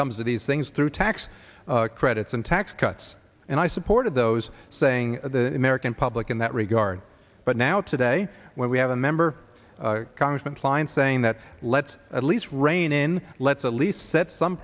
comes to these things through tax credits and tax cuts and i supported those saying the american public in that regard but now to when we have a member congressman kline saying that let's at least rein in let's at least set some